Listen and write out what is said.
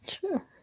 Sure